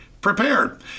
prepared